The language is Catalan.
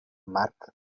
marc